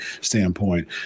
standpoint